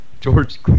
George